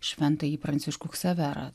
šventąjį pranciškų ksaverą